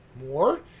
more